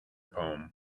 poem